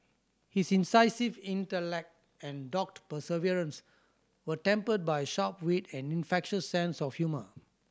his incisive intellect and dogged perseverance were tempered by sharp wit and infectious sense of humour